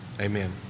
Amen